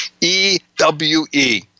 E-W-E